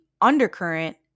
undercurrent